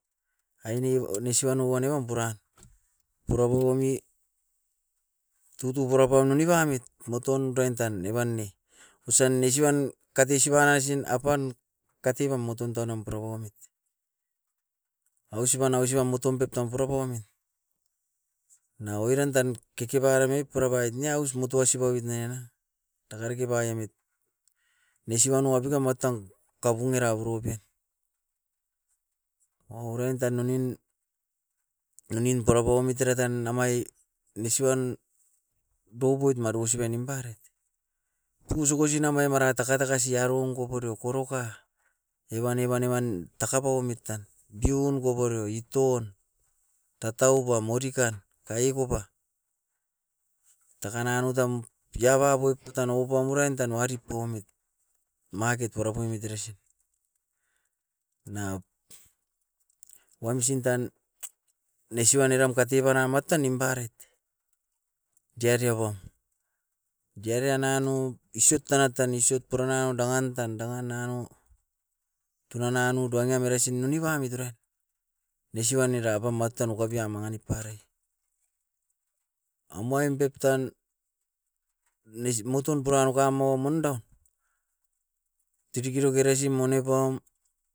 Aine ouni siban ouban, evan puran. Pura pauami tutu purapau monepamit moton raintan evan ne, osan nesiban katesiba naisin apan katebam moton tuanum purapaumit. Ausipan, ausipan motom pep tam pura pauamit na oiran tan kekeba remae purapait nia aus mutu asibaoit nanga na. Dakariki baiemit, nesiban wapito matan kapun era puroven. Orain tan nonin, nonin purapaumit era tan damai misuan dupoit marosiba nimparaet. Tugusugu sinamai mara takatakasi diaron koporio koroka, evan, evan, evan taka paumit tan. Beaun koporio itoun, tatauba morikan kaiekopa, takan nanou tam giababoip patan oupam uruain tan waripaumit. Maket uara poimit erasin, na wamsin tan nesiban eram katebara matan nimparoit, siarego, siareananup isiot tanat tan isiot puranau dangan tan daman nanou, tunan nanou duangiam erasin nonipamit erae. Nesi uan era apan baptan okopia manigip paraiet. Omain pep tan nesi moton puran uka momondo, didigiro geresi monepaum